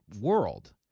world